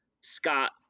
Scott